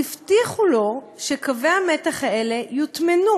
הבטיחו לו שקווי המתח האלה יוטמנו,